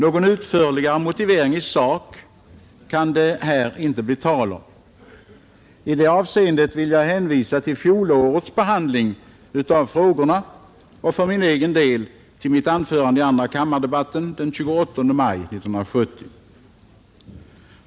Någon utförligare motivering i sak kan det här inte bli tal om. I det avseendet vill jag hänvisa till fjolårets behandling av frågorna och för mitt eget vidkommande till mitt anförande i debatten i andra kammaren den 28 maj 1970.